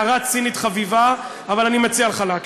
הערה צינית חביבה אבל אני מציע לך להקשיב.